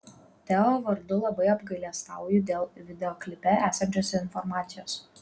teo vardu labai apgailestauju dėl videoklipe esančios informacijos